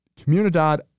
Comunidad